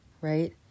right